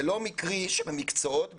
זה לא מקרי שבמקצועות בישראל,